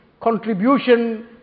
contribution